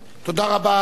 תודה רבה.